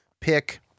pick